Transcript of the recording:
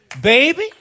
baby